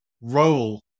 role